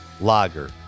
Lager